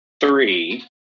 three